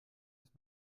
ist